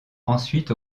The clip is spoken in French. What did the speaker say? ensuite